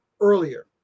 earlier